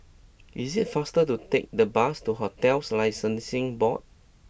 it is faster to take the bus to Hotels Licensing Board